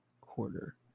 quarter